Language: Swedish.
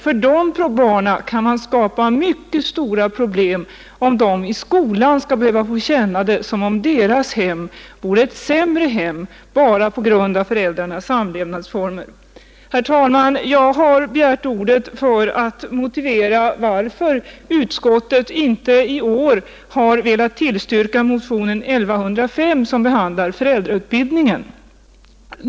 För de barnen kan man skapa mycket stora problem om de i skolan skall behöva känna det som om deras hem vore ett sämre hem bara på grund av föräldrarnas samlevnadsform. Herr talman! Jag har begärt ordet för att motivera varför utskottet inte i år velat tillstyrka motionen 1105, som behandlar föräldrautbildningen.